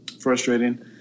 Frustrating